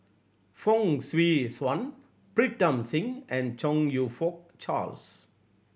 Fong Swee Suan Pritam Singh and Chong You Fook Charles